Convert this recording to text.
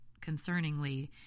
concerningly